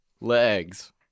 Legs